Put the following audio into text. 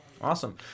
Awesome